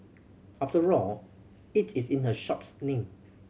after all it is in her shop's name